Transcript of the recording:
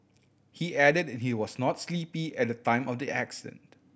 he added he was not sleepy at the time of the accident